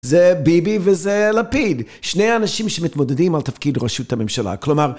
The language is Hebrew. זה ביבי וזה לפיד, שני אנשים שמתמודדים על תפקיד ראשות הממשלה, כלומר...